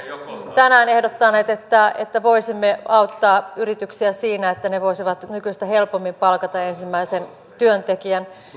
tänään ehdottaneet että että voisimme auttaa yrityksiä siinä että ne voisivat nykyistä helpommin palkata ensimmäisen työntekijän